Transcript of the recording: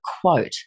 quote